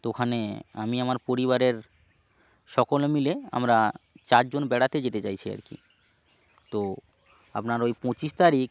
তো ওখানে আমি আমার পরিবারের সকলে মিলে আমরা চারজন বেড়াতে যেতে চাইছি আর কি তো আপনার ওই পঁচিশ তারিখ